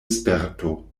sperto